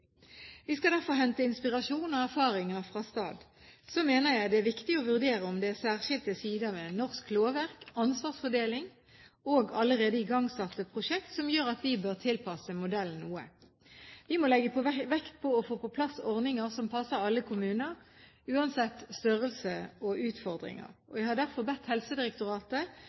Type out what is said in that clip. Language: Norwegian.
Vi skal derfor hente inspirasjon og erfaringer fra STAD. Så mener jeg det er viktig å vurdere om det er særskilte sider ved norsk lovverk, ansvarsfordeling og allerede igangsatte prosjekter som gjør at vi bør tilpasse modellen noe. Vi må legge vekt på å få på plass ordninger som passer alle kommuner, uansett størrelse og utfordringer, og jeg har derfor bedt Helsedirektoratet